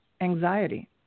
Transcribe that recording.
anxiety